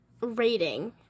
rating